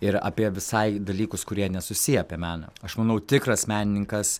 ir apie visai dalykus kurie nesusiję apie meną aš manau tikras menininkas